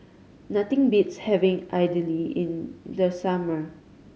nothing beats having idly in the summer